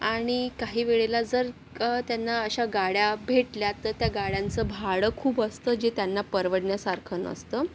आणि काही वेळेला जर का त्यांना अशा गाड्या भेटल्या तर त्या गाड्यांचं भाडं खूप असतं जे त्यांना परवडण्यासारखं नसतं